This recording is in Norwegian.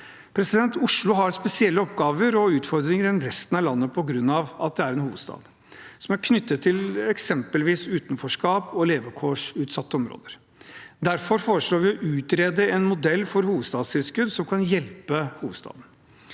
Oslo har spesielle oppgaver og utfordringer sammenlignet med resten av landet på grunn av at det er en hovedstad. Disse er knyttet til eksempelvis utenforskap og levekårsutsatte områder. Derfor foreslår vi å utrede en modell for hovedstadstilskudd som kan hjelpe hovedstaden.